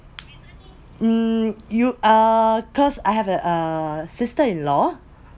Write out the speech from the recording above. um you uh cause I have a sister in law